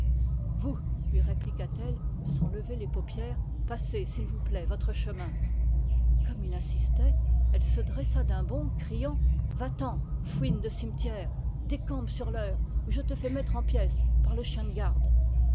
vous lui répliqua-t-elle sans lever les paupières passez s'il vous plaît votre chemin et comme il insistait elle se dressa d'un bond criant va-t'en fouine de cimetière décampe sur l'heure où je te fais mettre en pièces par le chien de garde